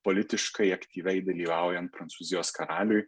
politiškai aktyviai dalyvaujant prancūzijos karaliui